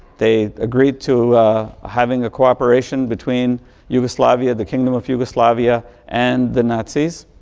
they agreed to having a corporation between yugoslavia, the kingdom of yugoslavia and the nazi's.